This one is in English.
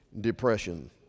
depression